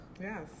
Yes